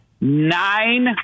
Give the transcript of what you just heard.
nine